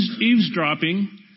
eavesdropping